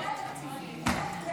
אין לה תקציבים, אין לה תקנים.